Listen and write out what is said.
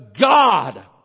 God